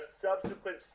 subsequent